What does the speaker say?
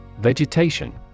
Vegetation